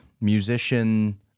musician